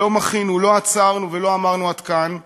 ולא מחינו, לא עצרנו ולא אמרנו: עד כאן.